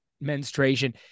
menstruation